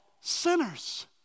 sinners